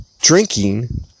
drinking